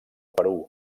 perú